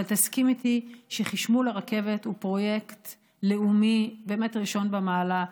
אבל תסכים איתי שחשמול הרכבת הוא פרויקט לאומי ראשון במעלה,